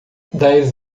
dez